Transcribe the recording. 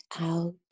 out